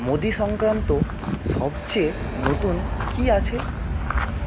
মোদি সংক্রান্ত সবচেয়ে নতুন কি আছে